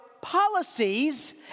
policies